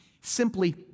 simply